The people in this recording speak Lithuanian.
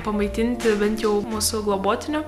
pamaitinti bent jau mūsų globotinių